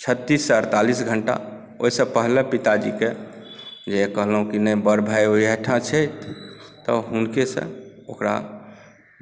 छत्तीससे अठतालिस घंटा ओहिसे पहिले पिताजीकेँ जे कहलहुँ की नहि बड़ भाय ओहिठाम छथि तऽ हुनकेसँ ओकरा